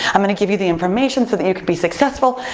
i'm gonna give you the information so that you could be successful.